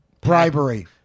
bribery